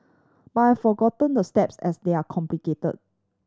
but I forgotten the steps as they are complicated